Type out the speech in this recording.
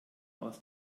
aus